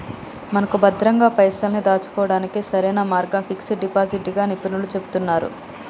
మనకు భద్రంగా పైసల్ని దాచుకోవడానికి సరైన మార్గం ఫిక్స్ డిపాజిట్ గా నిపుణులు చెబుతున్నారు